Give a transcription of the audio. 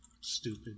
Stupid